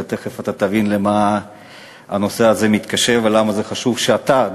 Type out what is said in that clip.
ותכף אתה תבין למה הנושא הזה מתקשר ולמה זה חשוב שאתה,